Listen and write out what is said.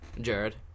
Jared